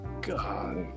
God